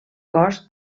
cos